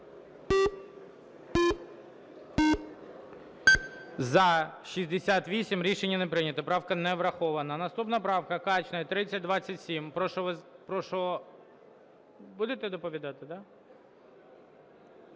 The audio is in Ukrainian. За-68 Рішення не прийнято, правка не врахована. Наступна правка - Качний, 3027. Прошу… Будете доповідати,